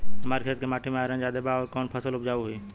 हमरा खेत के माटी मे आयरन जादे बा आउर कौन फसल उपजाऊ होइ?